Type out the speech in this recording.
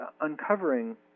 uncovering